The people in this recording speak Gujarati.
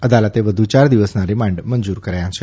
અદાલતે વધુ યાર દિવસના રીમાન્ડ મંજુર કર્યા છે